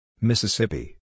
Mississippi